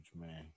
man